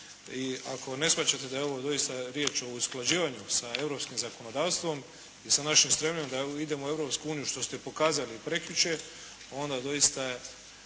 i ako ne shvaćate da je ovo doista riječ o usklađivanju sa europskim zakonodavstvom i sa našim stremljenjem da idemo u Europsku uniju što ste pokazali i prekjučer, onda doista ja